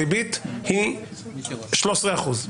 הריבית היא 13 אחוזים.